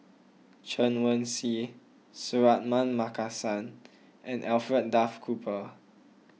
Chen Wen Hsi Suratman Markasan and Alfred Duff Cooper